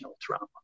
trauma